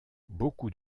beaucoup